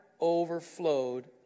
overflowed